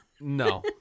No